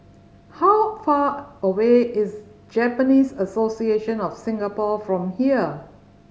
how far away is Japanese Association of Singapore from here